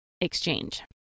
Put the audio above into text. exchange